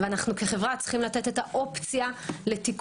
אנו כחברה צריכים לתת את האופציה תיקון.